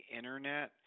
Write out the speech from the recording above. internet